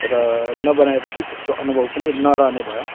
र नबनाएपछि त्यसको अनुभव पनि नरहने भयो